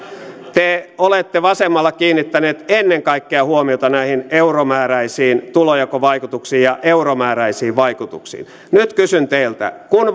te olette vasemmalla kiinnittäneet ennen kaikkea huomiota näihin euromääräisiin tulonjakovaikutuksiin ja euromääräisiin vaikutuksiin nyt kysyn teiltä kun